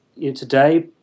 today